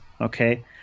okay